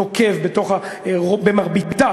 נוקב במרביתה,